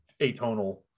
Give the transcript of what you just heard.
atonal